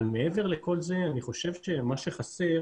אבל מעבר לכל זה אני חושב שמה שחסר